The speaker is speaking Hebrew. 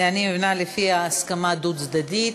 אני מבינה, לפי ההסכמה הדו-צדדית,